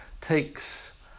takes